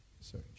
search